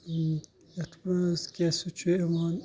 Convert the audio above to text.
یَتھ منٛز کیاہ سا چھُ یِوان